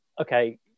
okay